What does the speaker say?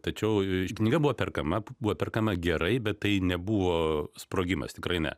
tačiau ši knyga buvo perkama buvo perkama gerai bet tai nebuvo sprogimas tikrai ne